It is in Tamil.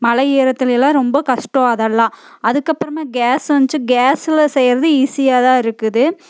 மழை ஈரத்துலெலாம் ரொம்ப கஷ்டம் அதெல்லாம் அதுக்கப்புறந்தான் கேஸ் வந்துச்சு கேஸில் செய்கிறது ஈஸியாக தான் இருக்குது